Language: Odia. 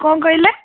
କ'ଣ କହିଲେ